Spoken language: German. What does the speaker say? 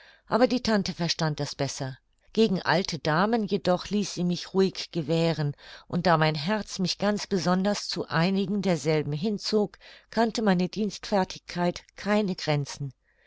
aber die tante verstand das besser gegen alte damen jedoch ließ sie mich ruhig gewähren und da mein herz mich ganz besonders zu einigen derselben hinzog kannte meine dienstfertigkeit keine grenzen